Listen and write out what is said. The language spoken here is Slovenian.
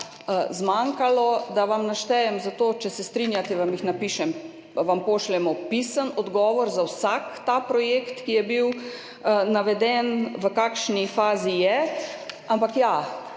zmanjkalo, da vam naštejem, zato, če se strinjate, vam jih napišem, vam pošljemo pisni odgovor za vsak ta projekt, ki je bil naveden, v kakšni fazi je. Ampak, ja,